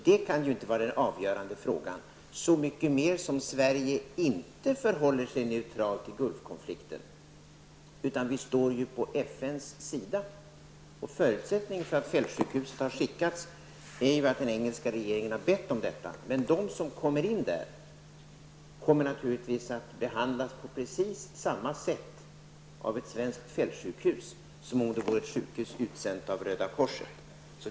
Detta kan inte vara den avgörande frågan, och det så mycket mer när ju Sverige inte håller sig neutralt i Gulfkonflikten, utan vi står ju på FNs sida. Orsaken till att fältsjukhuset har skickats är ju att den brittiska regeringen har bett om detta. Men de som förs till sjukhuset kommer naturligtvis att behandlas på precis samma sätt av ett svenskt fältsjukhus som av ett sjukhus utsänt av Röda korset.